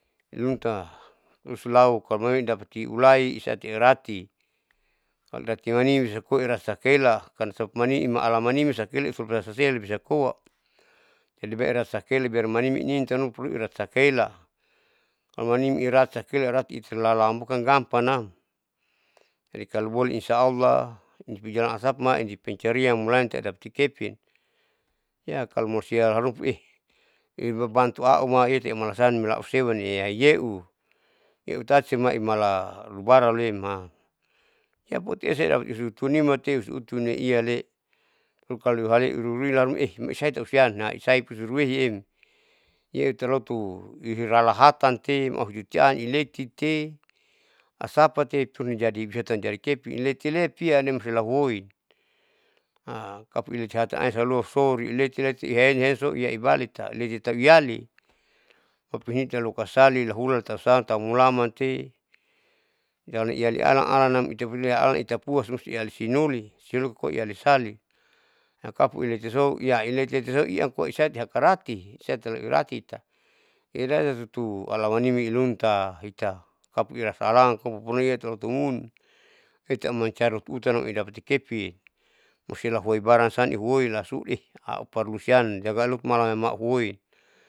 Lunta usulau kalo bole dapati ulai isate irati aurati manimi bisakoa irasakaela karnaso manimi ala manimi satiela ibisakoa, jadi beerasakeli biar manimi inintau puruita sakaela. aumanimi iratakela iratai lalambukan gampangnam, jadi kalo bole insah allah inipi jalan asapa mainipi pencarian mulani tati dapati kepin ya kalo mosia harupa poeh ibabantu auma iyeti mahalasan milausiene milauyeu. eutatise imala lubarauma yaputiesa isunimate usuutune iyale, pokalo ihuale iruiruilarumaie maisaiti usian naisaipusu ruehiem yeutalotu irilarahatante ma'uhutian ilekite asapate turijadi bisatun jadi kepin iletile pianem solahuoi. kapuilatian salua sori ileti leti ihaeni heniso iyaibalita iyelitaiyali, popuhinatasali lahuula tausa taumulamante iyaliala alanam itaipurina ala itai puassu sialisunili kapuiletiso iyatiletiletiso iyamkoa isati hakarati isatilekeratita ilatutu alamanimi ilunta hita kapuira salanko pupurina tilotumuni itai mancariutu utannam idapati kepin. usalahoi baransan ihuoilasu au parlusiam jagalumana maluhoi.